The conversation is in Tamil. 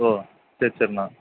ஓ சரி சரிண்ணா